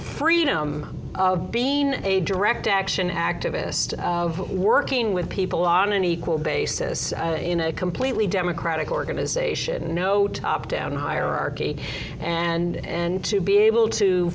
freedom of being a direct action activist working with people on an equal basis in a completely democratic organization no top down hierarchy and to be able to